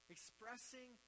Expressing